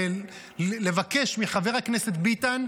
לבקש מחבר הכנסת ביטן,